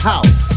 house